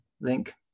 link